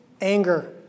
anger